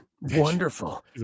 Wonderful